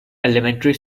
elementary